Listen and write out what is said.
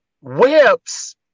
whips